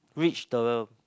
reach the